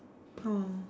oh